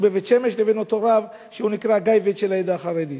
בבית-שמש לבין אותו רב שנקרא הגאב"ד של העדה החרדית.